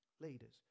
leaders